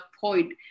point